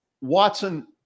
Watson